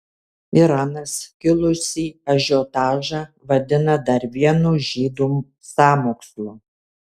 iranas kilusį ažiotažą vadina dar vienu žydų sąmokslu